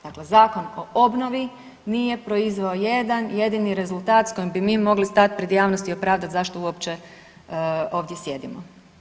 Dakle, Zakon o obnovi nije proizveo jedan jedini rezultata s kojim bi mi mogli stati pred javnost i opravdati zašto uopće ovdje sjedimo.